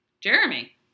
Jeremy